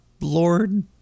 Lord